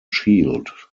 shield